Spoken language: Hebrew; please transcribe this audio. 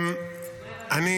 תקשיב להם באמת, תקשיב להם.